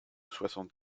soixante